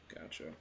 Gotcha